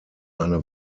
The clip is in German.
eine